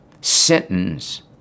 sentence